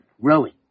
rowing